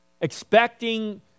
Expecting